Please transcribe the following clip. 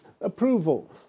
approval